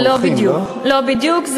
לא בדיוק, לא בדיוק.